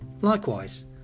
Likewise